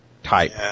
Type